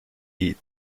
heat